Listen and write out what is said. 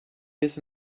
biss